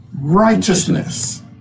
Righteousness